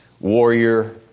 warrior